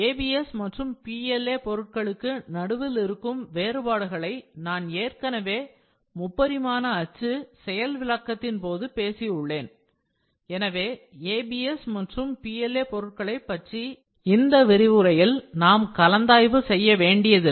ABS மற்றும் PLA பொருட்களுக்கு நடுவில் இருக்கும் வேறுபாடுகளை நான் ஏற்கனவே முப்பரிமாண அச்சு செயல் விளக்கத்தின் போது பேசி உள்ளேன் எனவே ABS மற்றும் PLA பொருட்களைப் பற்றி இந்த விரிவுரையில் நாம் கலந்தாய்வு செய்ய வேண்டியதில்லை